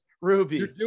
ruby